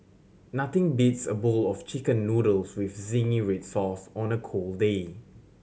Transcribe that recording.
nothing beats a bowl of Chicken Noodles with zingy red sauce on a cold day